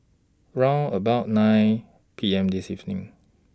round about nine P M This evening